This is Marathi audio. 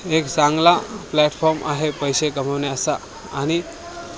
एक चांगला प्लॅटफॉर्म आहे पैसे कमवण्याचा आणि